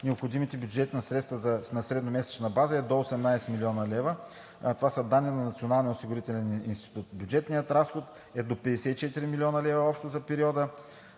необходимите бюджетни средства на средномесечна база е до 18 млн. лв. (Тези данни са на Националния осигурителен институт). Бюджетният разход е до 54 млн. млн. лв. общо за периода